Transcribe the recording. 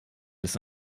ist